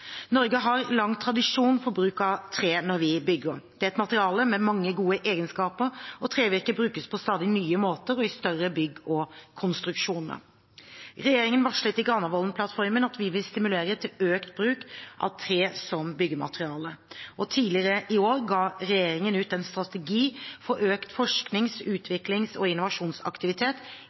Norge har lang tradisjon for bruk av tre når vi bygger. Det er et materiale med mange gode egenskaper, og trevirke brukes på stadig nye måter og i større bygg og konstruksjoner. Regjeringen varslet i Granavolden-plattformen at vi vil stimulere til økt bruk av tre som byggemateriale. Tidligere i år ga regjeringen ut en strategi for økt forsknings-, utviklings- og innovasjonsaktivitet